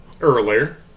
earlier